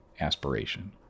aspiration